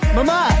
Mama